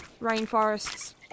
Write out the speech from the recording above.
Rainforests